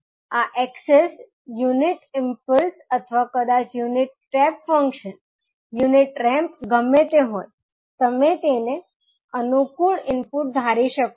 આ એક્સેસ unit impulse અથવા કદાચ unit step function unit ramp ગમે તે હોય તમે તેને અનુકૂળ ઇનપુટ ધારી શકો છો